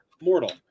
mortal